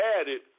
added